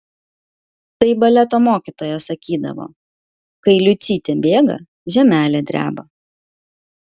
tai baleto mokytoja sakydavo kai liucytė bėga žemelė dreba